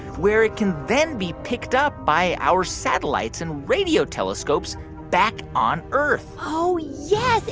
where it can then be picked up by our satellites and radio telescopes back on earth oh, yes.